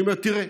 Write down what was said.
אני אומר: תראה,